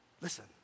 listen